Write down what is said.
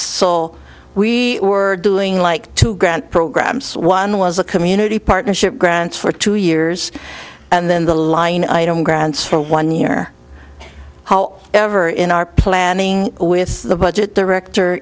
will we were doing like to grant programs one was a community partnership grants for two years and then the line item grants for one year how ever in our planning with the budget director